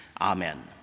Amen